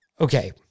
Okay